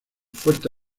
fuerte